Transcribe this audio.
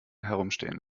herumstehen